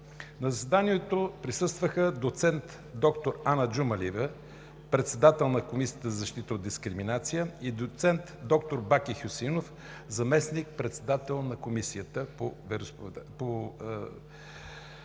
На заседанието присъстваха доцент доктор Ана Джумалиева – председател на Комисията за защита от дискриминация (КЗД) и доцент доктор Баки Хюсеинов – заместник-председател на Комисията за защита